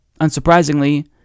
unsurprisingly